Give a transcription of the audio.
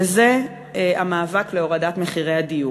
וזה המאבק להורדת מחירי הדיור.